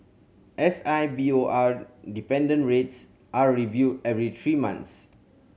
S I B O R dependent rates are reviewed every three months